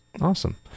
Awesome